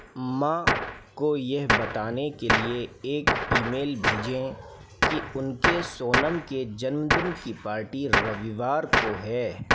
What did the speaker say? माँ को यह बताने के लिए एक ईमेल भेजें कि उनके सोनम के जन्मदिन की पार्टी रविवार को है